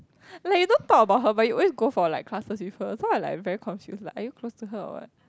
like you don't talk about her but you always go for like classes with her so I like very confused like are you close to her or what